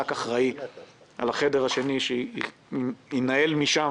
בסדר, אופיר?